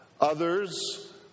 Others